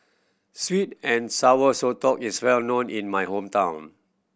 sweet and Sour Sotong is well known in my hometown